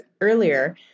earlier